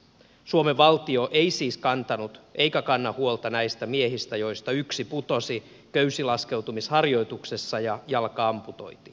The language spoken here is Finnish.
suomen valtio ei siis kantanut eikä kanna huolta näistä miehistä joista yksi putosi köysilaskeutumisharjoituksessa ja jalka amputoitiin